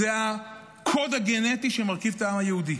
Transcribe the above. זה הקוד הגנטי שמרכיב את העם היהודי.